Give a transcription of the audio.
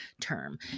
term